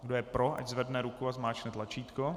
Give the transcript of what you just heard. Kdo je pro, ať zvedne ruku a zmáčkne tlačítko.